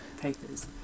papers